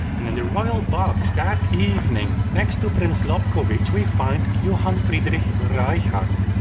and in the royal box that evening, next to prince lobkowitz we find johann friedrich reichardt,